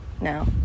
now